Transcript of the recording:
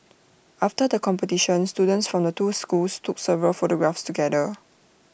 after the competition students from the two schools took several photographs together